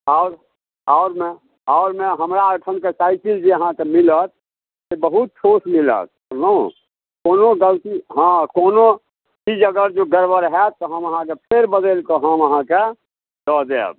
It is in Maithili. आउ आउ ने आउ ने हमरा ओहिठाम जे साईकिल अहाँकेँ मिलत से बहुत ठोस मिलत बुझलहुँ कोनो गलती हँ कोनो चीज जँ अगर गड़बड़ होयत तऽ हम अहाँके फेर बदलिकऽ हम अहाँकेँ दऽ जायब